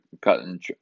cutting